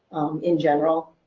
in general.